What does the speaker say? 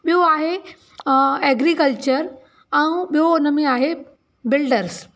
ॿियो आहे एग्रीकल्चर ऐं ॿियो उनमें आहे बिल्डर्स